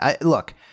look